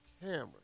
camera